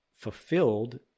fulfilled